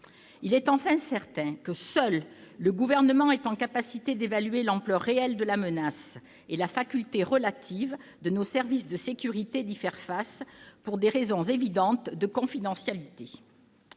Il est enfin certain que seul le Gouvernement est en mesure d'évaluer l'ampleur réelle de la menace et la faculté relative pour nos services de sécurité d'y faire face, pour des raisons évidentes de confidentialité.